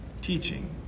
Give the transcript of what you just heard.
Teaching